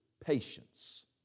patience